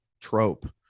trope